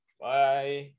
bye